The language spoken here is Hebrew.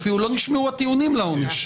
אפילו לא נשמעו הטיעונים לעונש.